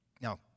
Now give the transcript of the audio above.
Now